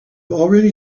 already